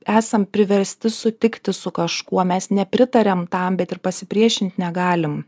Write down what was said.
esam priversti sutikti su kažkuo mes nepritariam tam bet ir pasipriešint negalim